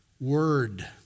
word